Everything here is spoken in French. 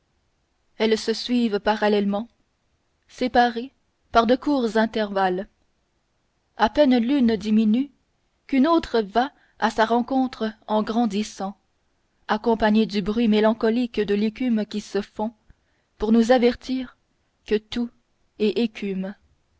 elles se suivent parallèlement séparées par de courts intervalles a peine l'une diminue qu'une autre va à sa rencontre en grandissant accompagnées du bruit mélancolique de l'écume qui se fond pour nous avertir que tout est écume